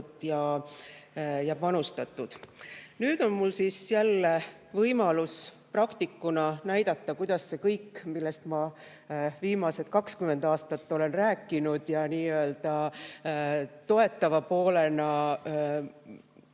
ja panustatud. Nüüd on mul siis võimalus jälle praktikuna näidata, kuidas see kõik, millest ma viimased 20 aastat olen rääkinud ja mida nii-öelda toetava poolena